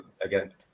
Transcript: Again